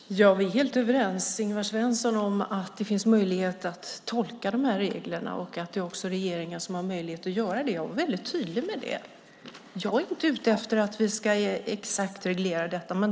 Herr talman! Ja, vi är helt överens, Ingvar Svensson, om att det finns möjlighet att tolka de här reglerna och att det också är regeringen som har möjlighet att göra det. Jag var väldigt tydlig med det. Jag är inte ute efter att vi exakt ska reglera detta.